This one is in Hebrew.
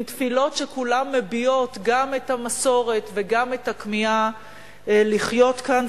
עם תפילות שכולן מביעות גם את המסורת וגם את הכמיהה לחיות כאן,